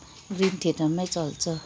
green थिएटारमै चल्छ